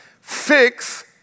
Fix